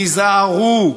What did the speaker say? תיזהרו,